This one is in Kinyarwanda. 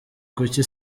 kuki